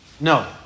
No